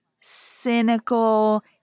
cynical